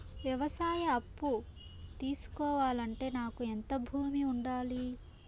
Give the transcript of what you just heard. వ్యవసాయ అప్పు తీసుకోవాలంటే నాకు ఎంత భూమి ఉండాలి?